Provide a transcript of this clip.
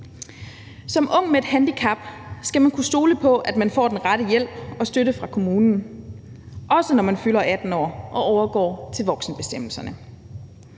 Som ung med et handicap skal man kunne stole på, at man får den rette hjælp og støtte fra kommunen – også når man fylder 18 år og overgår til voksenbestemmelserne.